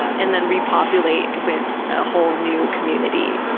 and then repopulate with a whole new community.